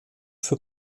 für